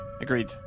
Agreed